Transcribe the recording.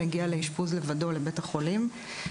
מגיע לאשפוז לבדו לבית החולים.